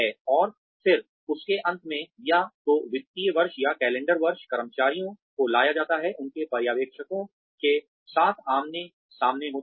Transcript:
और फिर उसके अंत में या तो वित्तीय वर्ष या कैलेंडर वर्ष कर्मचारियों को लाया जाता है उनके पर्यवेक्षकों के साथ आमने सामने होता है